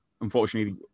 unfortunately